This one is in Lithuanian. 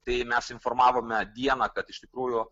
tai mes informavome dieną kad iš tikrųjų